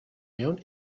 mewn